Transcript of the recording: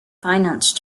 finance